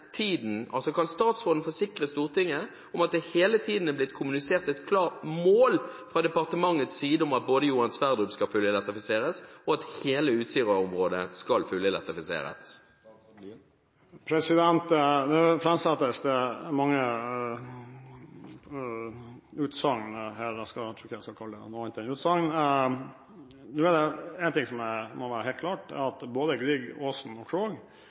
tiden er blitt kommunisert et klart mål fra departementets side om at Johan Sverdrup skal fullelektrifiseres, og at hele Utsira-området skal fullelektrifiseres? Nå framsettes det mange utsagn her – jeg tror ikke jeg skal kalle det noe annet enn utsagn. En ting som må være helt klart, er at både Edvard Grieg-, Ivar Aasen- og